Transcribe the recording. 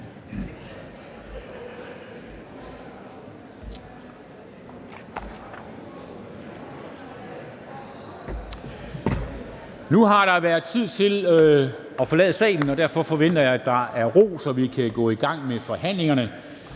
Nu har der været tid til at forlade salen, og derfor forventer jeg, at der er ro, så vi kan gå i gang med forhandlingerne.